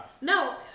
No